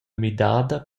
midada